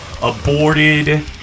Aborted